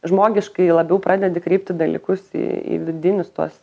žmogiškai labiau pradedi kreipti dalykus į į vidinius tuos